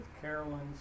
Carolyn's